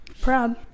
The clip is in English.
Proud